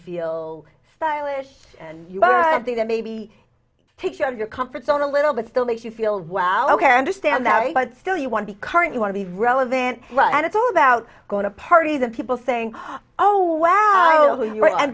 feel stylish and you know i think that maybe take care of your comfort zone a little bit still make you feel well ok i understand that but still you want to current you want to be relevant and it's all about going to parties and people saying oh wow